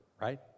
right